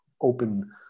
open